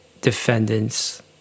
defendants